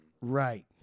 Right